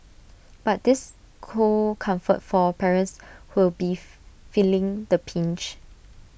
but this cold comfort for parents who'll beef feeling the pinch